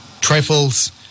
trifles